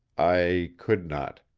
i could not.